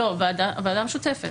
לא, הוועדה המשותפת.